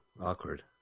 awkward